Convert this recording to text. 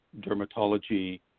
dermatology